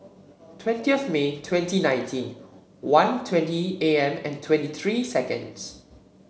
twentieth May twenty nineteen one twenty A M and twenty three seconds